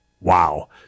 wow